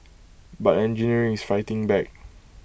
but engineering is fighting back